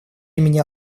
имени